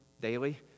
daily